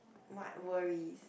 what worries